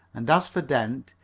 and as for dent,